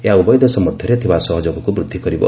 ଏହା ଉଭୟ ଦେଶ ମଧ୍ୟରେ ଥିବା ସହଯୋଗକୁ ବୃଦ୍ଧି କରିବ